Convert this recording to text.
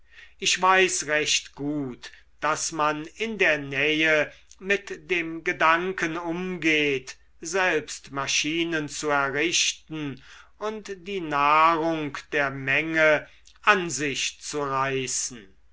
ich weiß recht gut daß man in der nähe mit dem gedanken umgeht selbst maschinen zu errichten und die nahrung der menge an sich zu reißen